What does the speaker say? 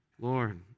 Lord